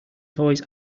toys